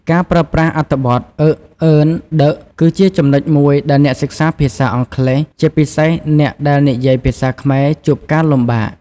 ការប្រើប្រាស់អត្ថបទ a an the គឺជាចំណុចមួយដែលអ្នកសិក្សាភាសាអង់គ្លេស ជាពិសេសអ្នកដែលនិយាយភាសាខ្មែរជួបការលំបាក។